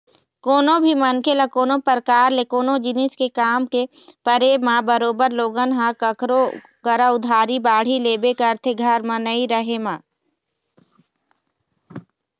कोनो भी मनखे ल कोनो परकार ले कोनो जिनिस के काम के परे म बरोबर लोगन ह कखरो करा उधारी बाड़ही लेबे करथे घर म नइ रहें म